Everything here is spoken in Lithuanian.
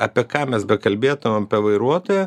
apie ką mes bekalbėtumėm vairuotoją